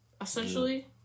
essentially